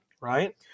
right